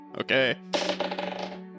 Okay